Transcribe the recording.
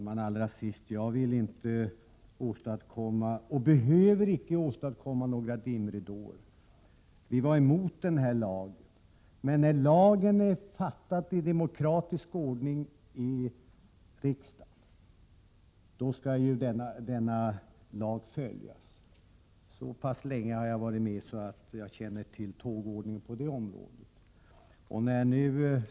Herr talman! Jag vill inte åstadkomma, och behöver inte åstadkomma, dimridåer. Vi var emot denna lag. Lagen är fattad i demokratisk ordning av riksdagen, och då skall denna lag också följas. Jag har varit med så pass länge att jag känner till tågordningen på det området.